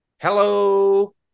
hello